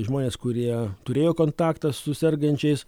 žmonės kurie turėjo kontaktą su sergančiais